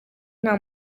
nta